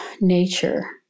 nature